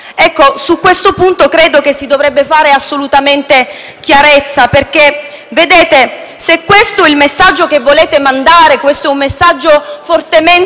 Ecco, su questo punto credo che si dovrebbe fare assolutamente chiarezza, perché se questo è il messaggio che volete mandare, è un messaggio fortemente